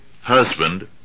husband